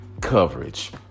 coverage